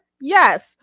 Yes